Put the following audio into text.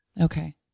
Okay